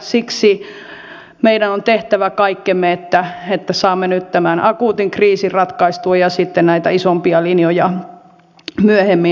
siksi meidän on tehtävä kaikkemme että saamme nyt tämän akuutin kriisin ratkaistua ja sitten näitä isompia linjoja myöhemmin